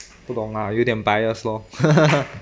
不懂啦有点 bias lor